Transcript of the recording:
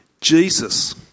Jesus